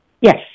Yes